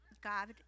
God